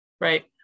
right